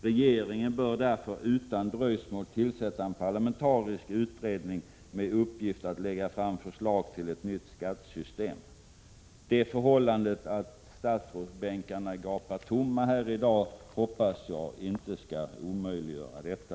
Regeringen bör därför utan dröjsmål tillsätta en parlamentarisk utredning med uppgift att lägga fram förslag till ett nytt skattesystem. Det förhållandet att statsrådsbänkarna gapar tomma här i dag hoppas jag inte skall omöjliggöra detta.